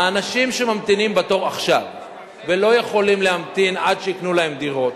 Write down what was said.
האנשים שממתינים בתור עכשיו ולא יכולים להמתין עד שיקנו להם דירות,